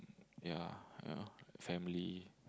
ya your family